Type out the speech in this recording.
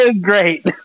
great